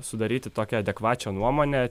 sudaryti tokią adekvačią nuomonę